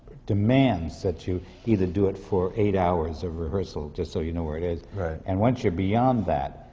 demands that you either do it for eight hours of rehearsal, just so you know where it is. right. and once you're beyond that,